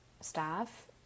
staff